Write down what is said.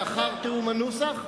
לאחר תיאום הנוסח,